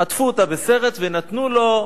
עטפו אותה בסרט, ונתנו לו,